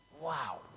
Wow